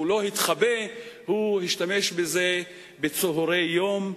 הוא לא התחבא, הוא השתמש בזה בצהרי יום.